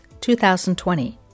2020